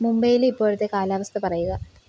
മുംബൈയിലെ ഇപ്പോഴത്തെ കാലാവസ്ഥ പറയുക